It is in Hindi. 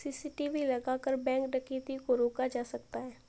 सी.सी.टी.वी लगाकर बैंक डकैती को रोका जा सकता है